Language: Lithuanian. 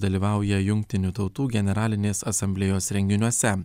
dalyvauja jungtinių tautų generalinės asamblėjos renginiuose